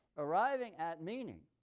arriving at meaning,